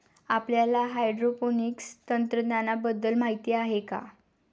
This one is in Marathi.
आपल्याला हायड्रोपोनिक्स तंत्रज्ञानाबद्दल माहिती आहे का?